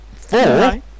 Four